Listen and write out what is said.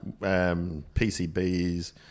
PCBs